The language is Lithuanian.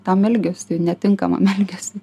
tam elgesiui netinkamam elgesiui